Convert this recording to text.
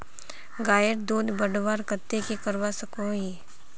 गायेर दूध बढ़वार केते की करवा सकोहो ही?